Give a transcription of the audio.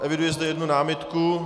Eviduji zde jednu námitku.